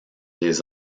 des